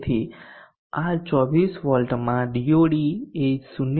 તેથી આ 24V માં DOD એ 0